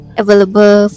available